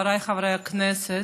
חבריי חברי הכנסת,